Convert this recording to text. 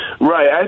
Right